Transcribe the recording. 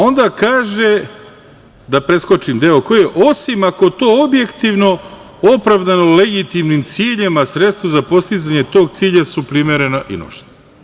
Onda kaže, da preskočim deo – osim ako to objektivno, opravdano, legitimnim ciljem, a sredstva za postizanje tog cilja su primerena i nužna.